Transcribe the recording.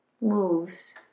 moves